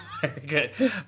good